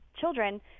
children